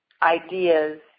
Ideas